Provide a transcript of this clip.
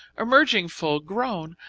emerging full grown,